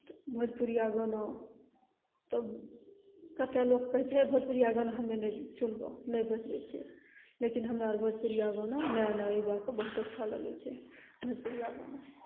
तऽ भोजपुरिया गाना तब कतेक लोक कहै छै भोजपुरिया गाना हमे नहि सुनबौ नहि बजै छै लेकिन हमरा आर भोजपुरिया गाना नया नया युवा कऽ बहुत अच्छा लगै छै भोजपुरिया गाना